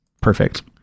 perfect